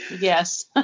Yes